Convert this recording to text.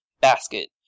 Basket